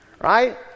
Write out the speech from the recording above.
Right